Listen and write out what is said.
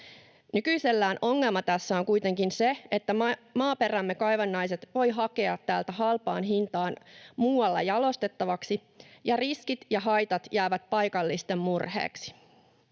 Nykyisellään ongelma tässä on kuitenkin se, että maaperämme kaivannaiset voi hakea täältä halpaan hintaan muualla jalostettaviksi ja riskit ja haitat jäävät paikallisten murheeksi.